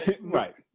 right